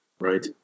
Right